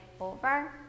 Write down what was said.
over